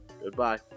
Goodbye